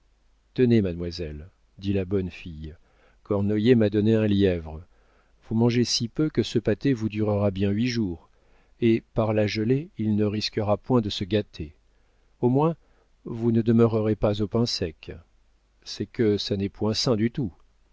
tenez mademoiselle dit la bonne fille cornoiller m'a donné un lièvre vous mangez si peu que ce pâté vous durera bien huit jours et par la gelée il ne risquera point de se gâter au moins vous ne demeurerez pas au pain sec c'est que ça n'est point sain du tout